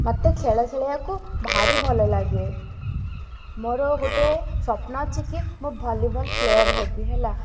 ମତେ ଖେଳ ଖେଳିବାକୁ ଭାରି ଭଲ ଲାଗେ ମୋର ଗୋଟେ ସ୍ୱପ୍ନ ଅଛି କି ମୁଁ ଭଲିବଲ୍ ପ୍ଲେୟାର୍ ହେବି ହେଲା